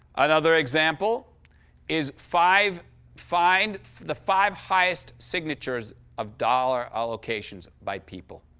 another example is five find the five highest signatures of dollar allocations by people.